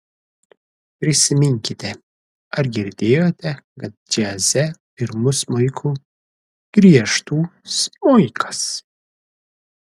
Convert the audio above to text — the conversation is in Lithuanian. prisiminkite ar girdėjote kad džiaze pirmu smuiku griežtų smuikas